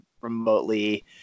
remotely